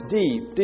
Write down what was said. deep